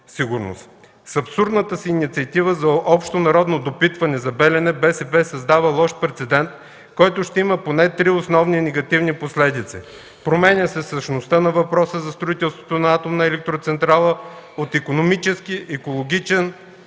С абсурдната си инициатива за общонародно допитване за „Белене” БСП създава лош прецедент, който ще има поне три негативни последици: променя се същността на въпроса за строителството на атомна електроцентрала от икономически, екологичен